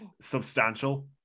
substantial